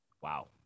Wow